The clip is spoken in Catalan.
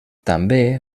també